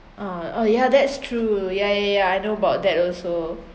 uh oh yeah that's true yeah yeah yeah I know about that also